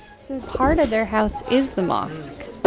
so part of their house is the mosque.